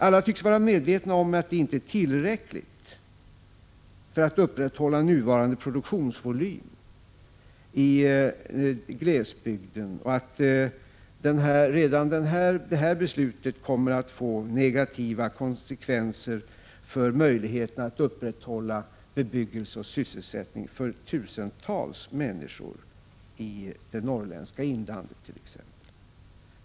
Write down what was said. Alla tycks vara medvetna om att det inte är tillräckligt för att upprätthålla nuvarande produktionsvolym i glesbygden, och att redan detta beslut kommer att få negativa konsekvenser för möjligheten att upprätthålla bebyggelse och sysselsättning för tusentals människor it.ex. det norrländska inlandet.